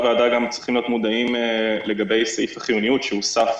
הוועדה צריכים להיות מודעים לסעיף החיוניות שהוסף